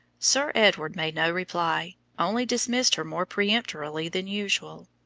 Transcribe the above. sir edward made no reply, only dismissed her more peremptorily than usual,